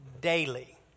daily